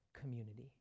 community